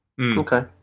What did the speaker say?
Okay